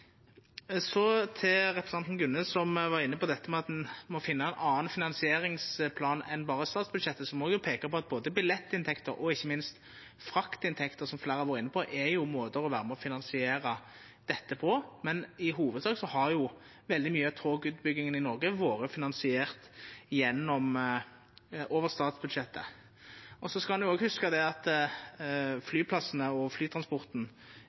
Så til representanten Gunnes, som var inne på at ein må finna ein annan finansieringsplan enn berre statsbudsjettet. Då må eg peika på at både billettinntekter og ikkje minst fraktinntekter, som fleire har vore inne på, er måtar å vera med og finansiera dette på, men i hovudsak har veldig mykje av togutbygginga i Noreg vore finansiert over statsbudsjettet. Ein skal også hugsa at flyplassane og flytransporten i ganske stor grad er finansierte gjennom taxfree-ordninga, og at det at